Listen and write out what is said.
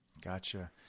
Gotcha